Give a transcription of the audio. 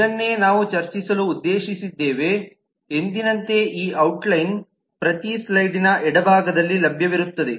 ಇದನ್ನೇ ನಾವು ಚರ್ಚಿಸಲು ಉದ್ದೇಶಿಸಿದ್ದೇವೆ ಮತ್ತು ಎಂದಿನಂತೆ ಈ ಔಟ್ಲೈನ್ ಪ್ರತಿ ಸ್ಲೈಡಿನ ಎಡಭಾಗದಲ್ಲಿ ಲಭ್ಯವಿರುತ್ತದೆ